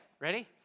ready